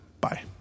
Bye